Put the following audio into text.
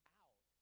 out